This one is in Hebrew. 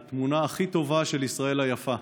היא התמונה הכי טובה של ישראל היפה,